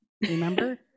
remember